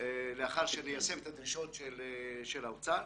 לאחר שניישם את הדרישות של האוצר.